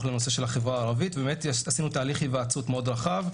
לנושא של החברה הערבית ובאמת עשינו תהליך היוועצות מאוד רחב,